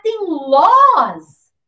laws